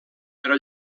però